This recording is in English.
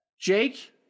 Jake